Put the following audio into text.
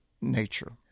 nature